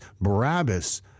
Barabbas